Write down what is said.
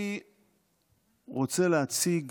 אני רוצה להציג